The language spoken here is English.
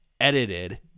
edited